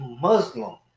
Muslim